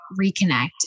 reconnect